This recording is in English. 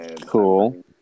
Cool